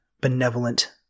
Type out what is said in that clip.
benevolent